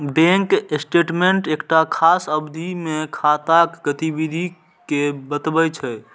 bank statement एकटा खास अवधि मे खाताक गतिविधि कें बतबै छै